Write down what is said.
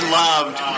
loved